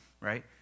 right